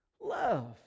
love